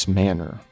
manner